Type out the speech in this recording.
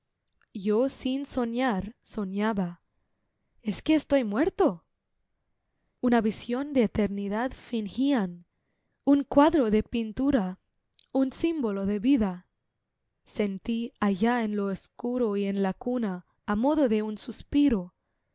yo sin soñar soñaba es que estoy muerto y una visión de eternidad fingían un cuadro de pintura un símbolo de vida sentí allá en lo oscuro y en la cuna á modo de un suspiro